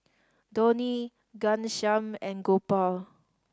Dhoni Ghanshyam and Gopal